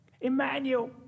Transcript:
Emmanuel